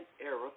era